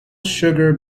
sugar